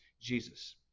Jesus